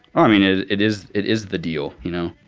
i mean, it it is it is the deal. you know,